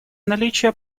наличие